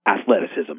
athleticism